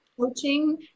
coaching